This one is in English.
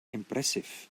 impressive